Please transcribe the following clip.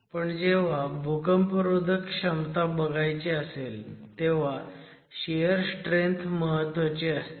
पण जेव्हा भूकंपरोधक क्षमता बघायची असेल तेव्हा शियर स्ट्रेंथ महत्वाची असते